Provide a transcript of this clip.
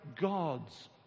God's